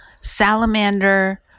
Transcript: salamander